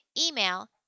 Email